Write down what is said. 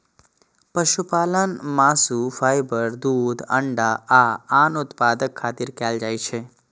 पशुपालन मासु, फाइबर, दूध, अंडा आ आन उत्पादक खातिर कैल जाइ छै